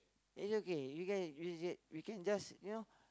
is okay you can you just get we can just you know